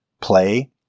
play